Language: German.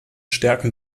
stärken